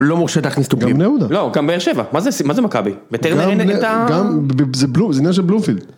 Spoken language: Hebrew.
לא מורשה להכניס תוקים. גם נעודה. לא, גם באר שבע. מה זה מכבי? וטרנר את ה... גם... זה נשק בלומפילד.